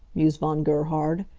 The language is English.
mused von gerhard.